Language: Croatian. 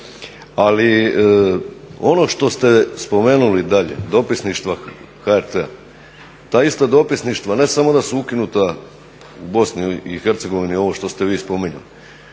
Ali ono što ste spomenuli dalje dopisništva HRT-a, ta ista dopisništva ne samo da su ukinuta u BiH ovo što ste vi spominjali,